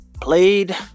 played